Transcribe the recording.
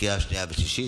לקריאה השנייה והשלישית.